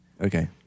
Okay